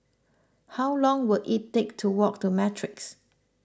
how long will it take to walk to Matrix